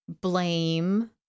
blame